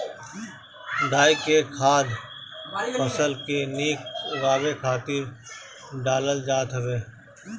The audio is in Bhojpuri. डाई के खाद फसल के निक उगावे खातिर डालल जात हवे